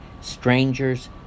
strangers